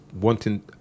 wanting